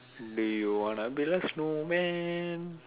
do you want to build a snowman